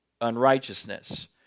Unrighteousness